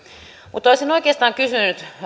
mutta olisin oikeastaan kysynyt